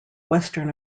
western